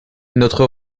notre